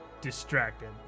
distracted